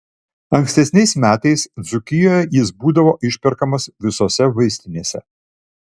ankstesniais metais dzūkijoje jis būdavo išperkamas visose vaistinėse